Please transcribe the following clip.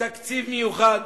תקציב מיוחד.